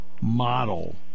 model